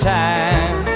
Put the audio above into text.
time